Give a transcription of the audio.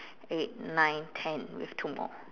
eight nine ten we have two more